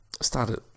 started